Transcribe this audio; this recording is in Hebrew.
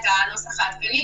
את הנוסח העדכני,